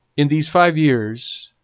in these five years